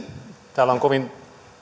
täällä on kovin